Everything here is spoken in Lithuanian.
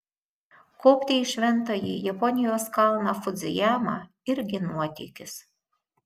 kopti į šventąjį japonijos kalną fudzijamą irgi nuotykis